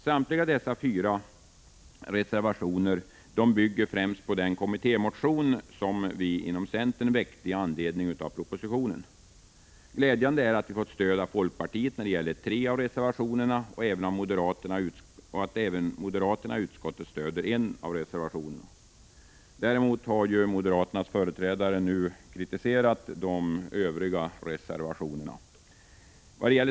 Samtliga dessa fyra reservationer bygger främst på den kommittémotion som vi inom centern väckte i anledning av propositionen. Glädjande är att vi fått stöd av folkpartiet när det gäller tre av dem och att även moderaterna i utskottet stöder en av teservationerna. Däremot har moderaternas företrädare nu kritiserat de Övriga reservationerna.